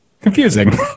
confusing